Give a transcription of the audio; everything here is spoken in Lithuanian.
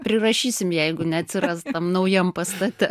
prirašysim jeigu neatsiras tam naujam pastate